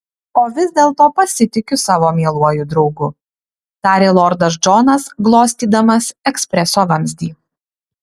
o vis dėlto pasitikiu savo mieluoju draugu tarė lordas džonas glostydamas ekspreso vamzdį